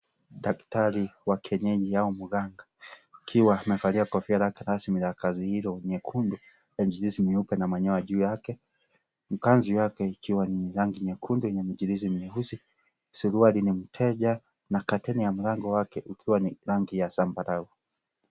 Daktari wa kienyeji au mganga akiwa amevalia kofia lake rasmi la kazi hiyo, nyekundu yenye michirizi miekundu na manyoya yake, na kanzu yake ikiwa na rangi nyekundu yenye michirizi mieusi, suruali ni mteja na kateni ya mlango wake ikiwa ni rangi ya zambarau.